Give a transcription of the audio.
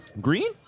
Green